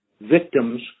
victims